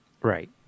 Right